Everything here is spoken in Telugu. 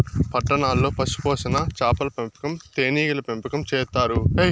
పట్టణాల్లో పశుపోషణ, చాపల పెంపకం, తేనీగల పెంపకం చేత్తారు